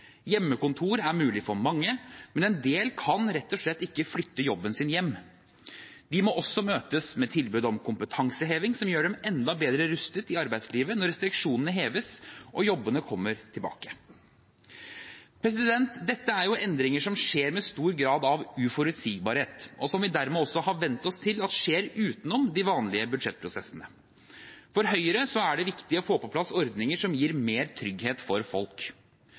Hjemmekontor er mulig for mange, men en del kan rett og slett ikke flytte jobben sin hjem. De må også møtes med tilbud om kompetanseheving som gjør dem enda bedre rustet i arbeidslivet når restriksjonene heves og jobbene kommer tilbake. Dette er jo endringer som skjer med en stor grad av uforutsigbarhet, og som vi dermed også har vent oss til at skjer utenom de vanlige budsjettprosessene. For Høyre er det viktig å få på plass ordninger som gir mer trygghet for folk.